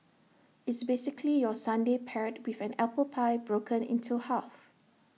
it's basically your sundae paired with an apple pie broken into half